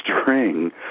string